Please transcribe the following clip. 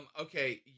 okay